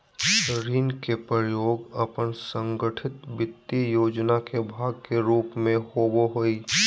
ऋण के प्रयोग अपन संगठित वित्तीय योजना के भाग के रूप में होबो हइ